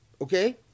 Okay